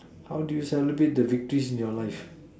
how do you celebrate the victories in your life